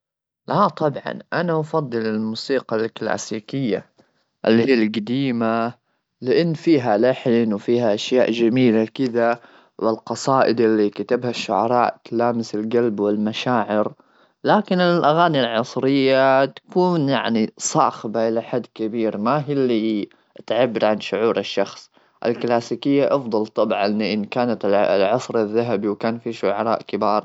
لا طبعا انا افضل الموسيقى الكلاسيكيه اللي هي القديمه لان فيها لحن وفيها اشياء جميله كذا والقصائد اللي كتبها الشعراء تلامس القلب والمشاعر لكن الاغاني العصريه تكون يعني صاخبه الى حد كبير ما هي اللي تعبر عن شعور الشخص الكلاسيكيه افضل طبعا ان كانت العصر الذهبي وكان في شعراء.